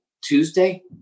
Tuesday-